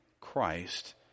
Christ